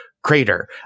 crater